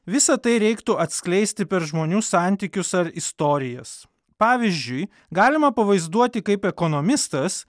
visa tai reiktų atskleisti per žmonių santykius ar istorijas pavyzdžiui galima pavaizduoti kaip ekonomistas